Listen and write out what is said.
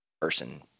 person